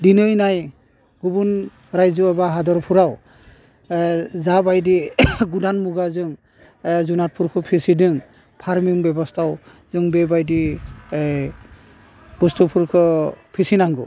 दिनै नाय गुबुन रायजो एबा हादोरफ्राव जाबायदि गुदान मुगाजों जुनादफोरखौ फिसिदों फार्मिं बेबस्थायाव जों बेबायदि बस्थुफोरखौ फिसिनांगौ